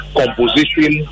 composition